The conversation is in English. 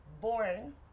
born